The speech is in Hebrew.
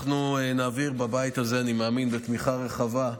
אנחנו נעביר בבית הזה, בתמיכה רחבה,